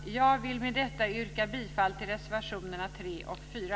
Med detta yrkar jag bifall till reservationerna 3 och 4.